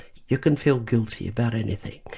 you can feel guilty about anything.